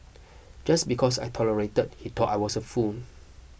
just because I tolerated he thought I was a fool